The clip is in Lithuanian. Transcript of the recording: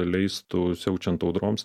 leistų siaučiant audroms